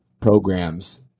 programs